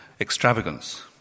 extravagance